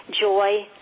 joy